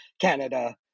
Canada